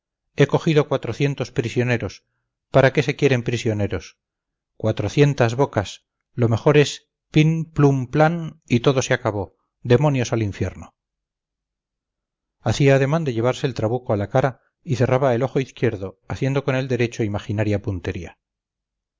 he cogido cuatrocientos prisioneros para qué se quieren prisioneros cuatrocientas bocas lo mejor es pim plum plam y todo se acabó demonios al infierno hacía ademán de llevarse el trabuco a la cara y cerraba el ojo izquierdo haciendo con el derecho imaginaria puntería